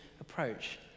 approach